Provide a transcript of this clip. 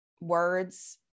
words